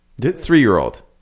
Three-year-old